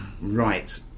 right